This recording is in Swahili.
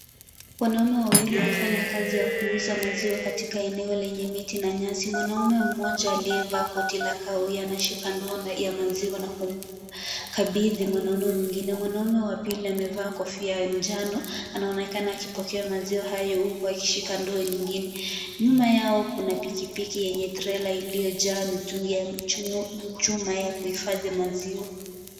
Wanaume wawili wakifanya kazi ya kuuza maziwa, katika eneo lenye miti na nyasi. Mwanaume mmoja aliyevaa koti la kahawia, anashika ndoo ya maziwa na kumkabidhi mwanaume mwingine. Mwanaume wa pili amevaa kofia la njano, anaonekana akipokea maziwa hayo, huku akishika ndoo nyingine. Nyuma yao, kuna pikipiki yenye trela iliyojaa mitungi ya chuma ya kuhifadhi maziwa.